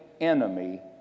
enemy